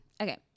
Okay